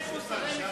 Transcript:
את זה לא הזכרת.